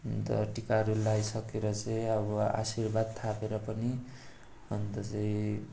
अन्त टिकाहरू लगाइसकेर चाहिँ अब आशीर्वाद थापेर पनि अन्त चाहिँ